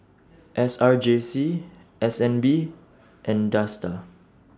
S R J C S N B and Dsta